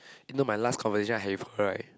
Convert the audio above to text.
you know my last conversation I have with her right